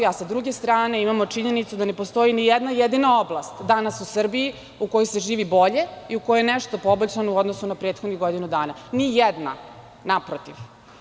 Sa druge strane, imamo činjenicu da ne postoji ni jedna jedina oblast danas u Srbiji u kojoj se živi bolje i u kojoj je nešto poboljšano u odnosu na prethodnih godinu dana, nijedna, naprotiv.